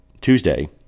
Tuesday